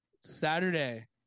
saturday